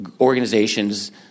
organizations